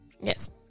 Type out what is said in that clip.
Yes